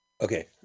Okay